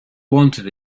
wanted